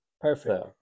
Perfect